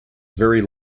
very